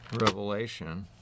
Revelation